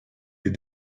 est